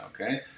okay